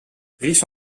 riche